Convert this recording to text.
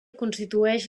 constitueix